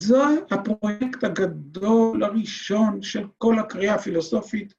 ‫זה הפרויקט הגדול הראשון ‫של כל הקריאה הפילוסופית.